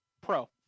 Pro